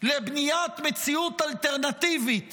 לבניית מציאות אלטרנטיבית